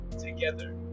together